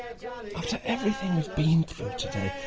after everything we've been through today,